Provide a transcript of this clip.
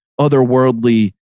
otherworldly